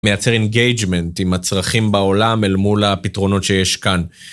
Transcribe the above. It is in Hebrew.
מייצר אינגייג'מנט עם הצרכים בעולם אל מול הפתרונות שיש כאן.